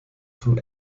von